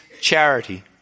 charity